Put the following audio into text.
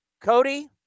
Cody